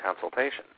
consultation